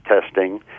testing